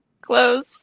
Close